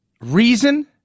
reason